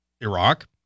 Iraq